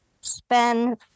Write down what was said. spend